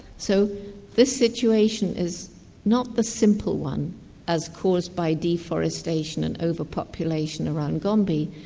so this situation is not the simple one as caused by deforestation and overpopulation around gombe.